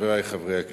חברי חברי הכנסת,